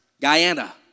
Guyana